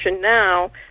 now